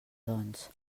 doncs